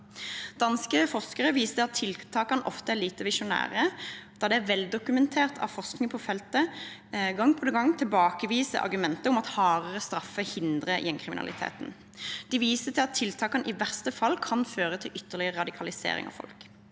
Danske forskere viser til at tiltakene ofte er lite visjonære, da veldokumentert forskning på feltet gang på gang tilbakeviser argumentet om at hardere straffer hindrer gjengkriminalitet. De viser til at tiltakene i verste fall kan føre til ytterligere radikalisering av folk.